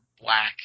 black